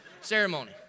ceremony